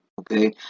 okay